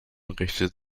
richtet